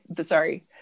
sorry